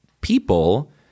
people